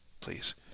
please